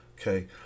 Okay